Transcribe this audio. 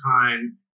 time